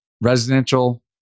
residential